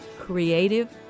creative